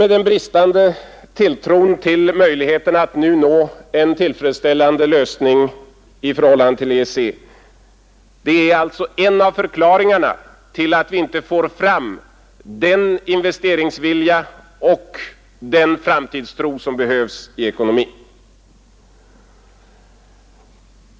Den bristande tilltron till möjligheten att nu nå en tillfredsställande lösning i förhållande till EEC är alltså en av förklaringarna till att vi inte får fram den investeringsvilja och den framtidstro som behövs i ekonomin.